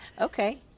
Okay